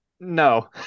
no